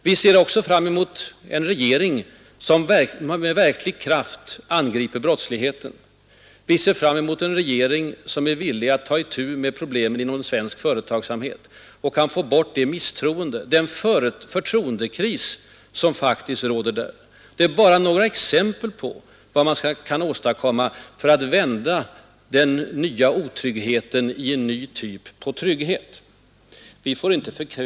Vi ser fram mot en regering, som med verklig kraft angriper brottsligheten, som är villig att ta itu med problemen inom svensk företagsamhet och som kan få bort det misstroende och den förtroendekris som faktiskt råder där. Detta är bara några exempel på vad man kan åstadkomma för att vända den nya otryggheten i en ny typ av trygghet. Vi får inte förk ministern.